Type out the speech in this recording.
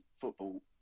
football